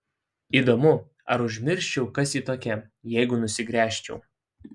įdomu ar užmirščiau kas ji tokia jeigu nusigręžčiau